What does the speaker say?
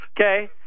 Okay